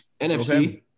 NFC